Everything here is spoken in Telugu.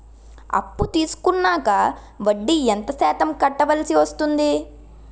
అప్పు తీసుకున్నాక వడ్డీ ఎంత శాతం కట్టవల్సి వస్తుంది?